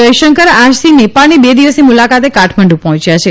જયશંકર આજથી નેપાળની બે દિવસની મુલાકાતે કાઠમંડુ પહોંચ્યા છે